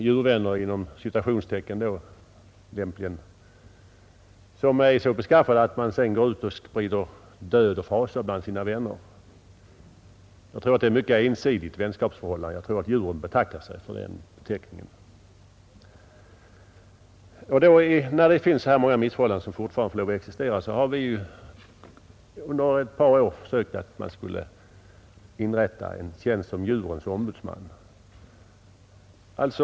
”Djurvännerna” där är så beskaffade, att de går ut och sprider död och fasa bland sina vänner. Det bör vara ett mycket ensidigt vänskapsförhållande som där råder; djuren betackar sig säkerligen för den beteckningen. När det nu finns så många missförhållanden kvar på detta område, har vi under ett par år försökt att få en tjänst som djurens ombudsman inrättad.